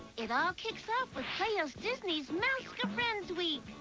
it all kicks off with playhouse disney's mouse-ka friends week!